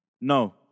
No